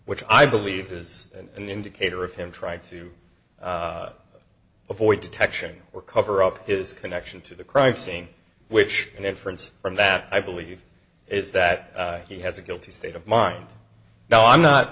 which i believe his and the indicator of him try to avoid detection or cover up his connection to the crime scene which an inference from that i believe is that he has a guilty state of mind now i'm not